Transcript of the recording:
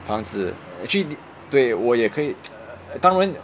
房子 actually 对我也可以 当然